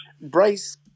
Bryce